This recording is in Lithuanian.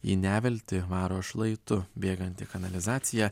į neviltį varo šlaitu bėganti kanalizacija